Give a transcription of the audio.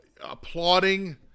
applauding